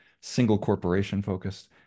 single-corporation-focused